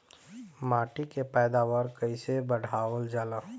माटी के पैदावार कईसे बढ़ावल जाला?